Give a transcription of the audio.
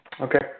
Okay